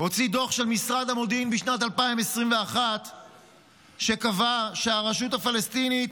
הוציא דוח של משרד המודיעין בשנת 2021 שקבע שהרשות הפלסטינית